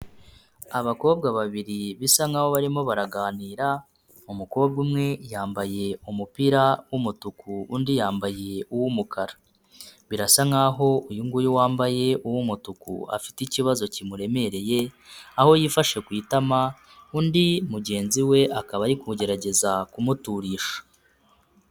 Abakobwa babiri bisa nkaho barimo baraganira, umukobwa umwe yambaye umupira w'umutuku undi yambaye uw'umukara, birasa nkaho uyu nguyu wambaye uw'umutuku afite ikibazo kimuremereye aho yifashe ku itama, undi mugenzi we akaba ari kugerageza kumuturisha.